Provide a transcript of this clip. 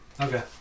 Okay